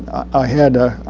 i had